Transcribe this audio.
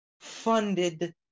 funded